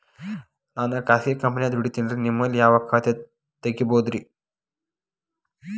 ನಾನು ಖಾಸಗಿ ಕಂಪನ್ಯಾಗ ದುಡಿತೇನ್ರಿ, ನಿಮ್ಮಲ್ಲಿ ಯಾವ ಖಾತೆ ತೆಗಿಬಹುದ್ರಿ?